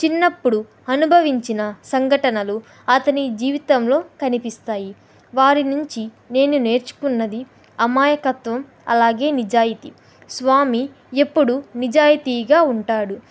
చిన్నప్పుడు అనుభవించిన సంఘటనలు అతని జీవితంలో కనిపిస్తాయి వారి నుంచి నేను నేర్చుకుంది అమాయకత్వం అలాగే నిజాయితీ స్వామి ఎప్పుడూ నిజాయితీగా ఉంటాడు